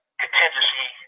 contingency